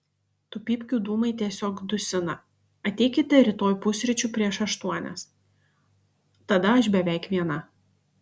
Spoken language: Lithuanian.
tų pypkių dūmai tiesiog dusina ateikite rytoj pusryčių prieš aštuonias tada aš beveik viena